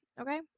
okay